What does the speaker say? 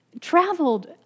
traveled